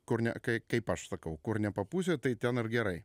kur ne kai kaip aš sakau kur nepapūsi tai ten gerai